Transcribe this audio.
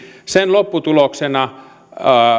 lopputuloksena